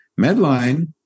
Medline